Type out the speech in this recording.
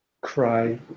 cry